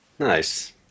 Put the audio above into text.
Nice